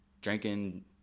Drinking